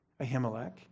Ahimelech